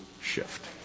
shift